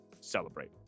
celebrate